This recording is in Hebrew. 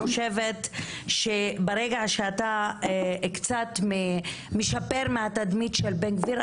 אני חושבת שברגע שאתה קצת משפר מהתדמית של בן גביר,